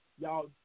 Y'all